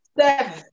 seven